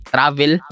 Travel